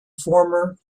former